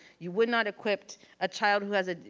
you would not equip a child who has, ah